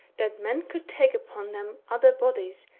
that men could take upon them other bodies,